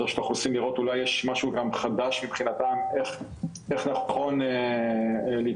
רשות האוכלוסין אולי יש משהו חדש מבחינתם איך נכון להתקדם,